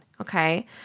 Okay